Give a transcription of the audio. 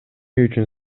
үчүн